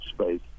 space